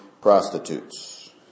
prostitutes